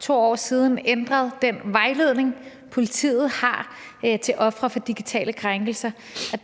2 år siden ændret den vejledning, som politiet har til ofre for digitale krænkelser.